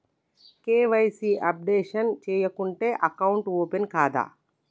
KYC updation చేయకుంటే account open కాదా?